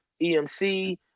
EMC